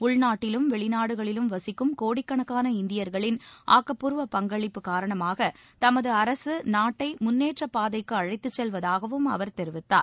உள்நாட்டிலும் வெளிநாடுகளிலும் வசிக்கும் கோடிக்கணக்கான இந்தியர்களின் ஆக்கப்பூர்வ பங்களிப்பு காரணமாக தமது அரசு நாட்டை முன்னேற்றப் பாதைக்கு அனழத்துச் செல்வதாகவும் அவர் தெரிவித்தார்